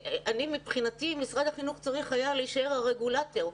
מבחינתי משרד החינוך היה צריך להישאר הרגולטור,